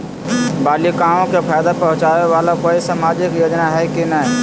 बालिकाओं के फ़ायदा पहुँचाबे वाला कोई सामाजिक योजना हइ की नय?